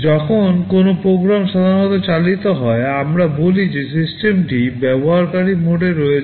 যখন কোনও প্রোগ্রাম সাধারণত চালিত হয় আমরা বলি যে সিস্টেমটি ব্যবহারকারী মোডে রয়েছে